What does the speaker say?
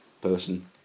person